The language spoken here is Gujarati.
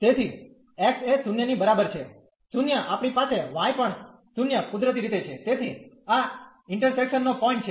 તેથી x એ 0 ની બરાબર છે 0 આપણી પાસે y પણ 0 કુદરતી રીતે છે તેથી આ ઇન્ટર્શેકશન નો પોઈન્ટ છે